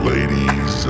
Ladies